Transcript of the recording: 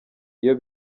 iyo